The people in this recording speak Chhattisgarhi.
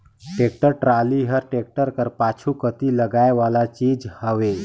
टेक्टर टराली हर टेक्टर कर पाछू कती लगाए वाला चीज हवे